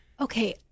Okay